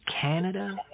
Canada